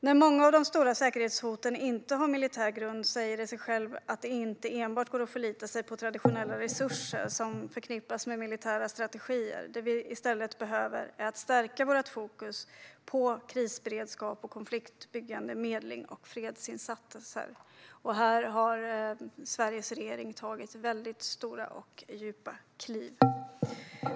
När många av de stora säkerhetshoten inte har militär grund säger det sig självt att det inte går att förlita sig enbart på traditionella resurser som förknippas med militära strategier. Det vi i stället behöver är att stärka vårt fokus på krisberedskap, konfliktförebyggande medling och fredsinsatser. Här har Sveriges regering tagit stora och viktiga kliv.